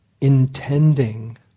intending